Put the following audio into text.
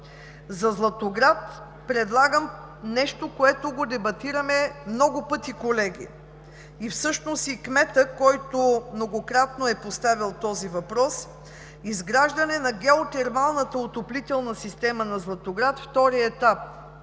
За Златоград предлагам нещо, което го дебатираме много пъти, колеги. Всъщност и кметът, който многократно е поставял този въпрос за изграждане на геотермалната отоплителна система на Златоград – втори етап,